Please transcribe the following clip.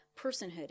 personhood